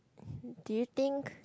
did you think